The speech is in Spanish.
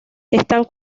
están